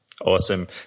Awesome